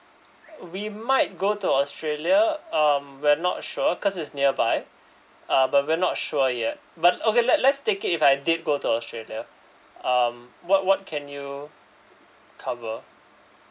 we might go to australia um we're not sure cause it's nearby uh but we're not sure yet but okay let let's take it if I did go to australia um what what can you cover